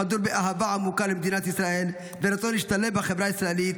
חדור באהבה עמוקה למדינת ישראל ורצון להשתלב בחברה הישראלית.